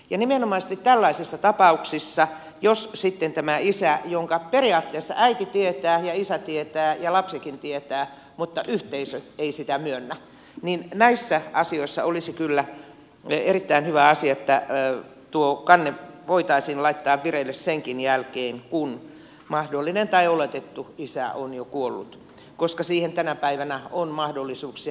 ja nimenomaisesti tällaisissa tapauksissa jos sitten on tämä isä jonka periaatteessa äiti tietää ja isä tietää ja lapsikin tietää mutta yhteisö ei sitä myönnä olisi kyllä erittäin hyvä asia että tuo kanne voitaisiin laittaa vireille senkin jälkeen kun mahdollinen tai oletettu isä on jo kuollut koska siihen tänä päivänä on mahdollisuuksia